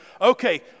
okay